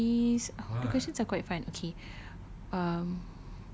ah please the questions are quite fun okay um